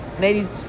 Ladies